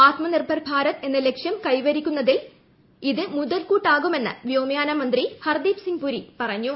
ആത്മനിർഭർ ഭാരത് എന്ന ലക്ഷ്യം കൈവരിക്കുന്നതിൽ ഇത് മുതൽക്കൂട്ടാകുമെന്ന് വ്യോമയാനമന്ത്രി ഹർദ്ദീപ്സിംഗ് പുരി പറഞ്ഞു